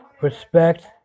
respect